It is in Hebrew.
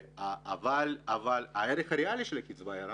אבל הערך הריאלי של הקצבה ירד.